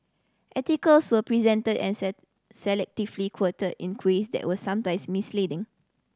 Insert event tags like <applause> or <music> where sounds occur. articles were presented and <unintelligible> selectively quoted in <unintelligible> that were sometimes misleading